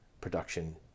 production